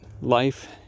life